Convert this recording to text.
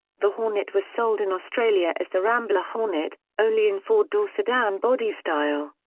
the hornet was sold in australia as the rambler hornet, only in four-door sedan body style.